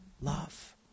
love